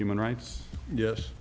human rights yes